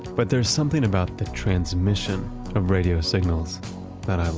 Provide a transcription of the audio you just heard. but there's something about the transmission of radio signals that i